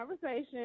conversation